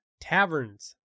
taverns